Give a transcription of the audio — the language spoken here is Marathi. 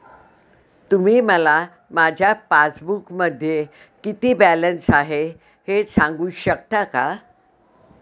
तुम्ही मला माझ्या पासबूकमध्ये किती बॅलन्स आहे हे सांगू शकता का?